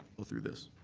go through this.